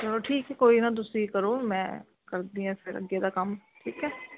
ਚਲੋ ਠੀਕ ਕੋਈ ਨਾ ਤੁਸੀਂ ਕਰੋ ਮੈਂ ਕਰਦੀ ਹਾਂ ਫਿਰ ਅੱਗੇ ਦਾ ਕੰਮ ਠੀਕ ਹੈ